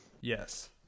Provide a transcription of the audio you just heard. Yes